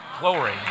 Glory